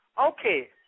Okay